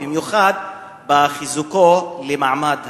במיוחד בחיזוקו של מעמד המורה.